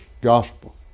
gospel